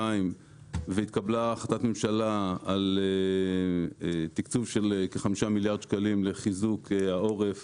והתקבלה החלטת ממשלה על תקצוב של כ-5 מיליארד שקלים לחיזוק העורף